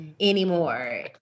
anymore